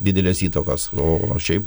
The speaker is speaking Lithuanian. didelės įtakos o šiaip